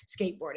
skateboarding